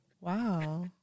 Wow